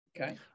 Okay